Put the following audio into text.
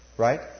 right